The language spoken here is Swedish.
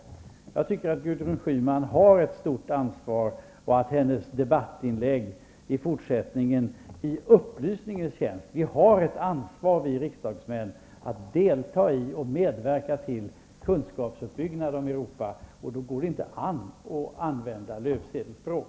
Jag tycker att Gudrun Schyman i upplysningshänseende har ett stort ansvar med tanke på hennes debattinlägg i fortsättningen. Vi riksdagsmän har ju ett ansvar när det gäller att delta i och att medverka till en kunskapsuppbyggnad i fråga om Europa. Då går det inte an att använda löpsedelsspråk.